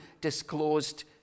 disclosed